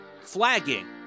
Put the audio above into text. flagging